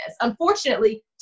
unfortunately